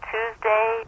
Tuesday